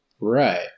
Right